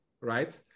right